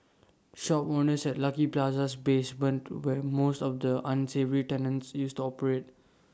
shop owners at lucky Plaza's basement where most of the unsavoury tenants used to operate